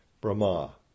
Brahma